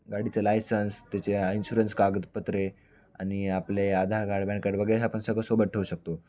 गाडीचे लायसन्स त्याचे इन्शुरन्स कागदपत्रे आणि आपले आधार कार्ड पॅन कार्डवगैरे हे आपण सगळं सोबत ठेवू शकतो